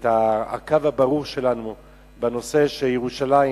ואת הקו הברור שלנו בנושא, שירושלים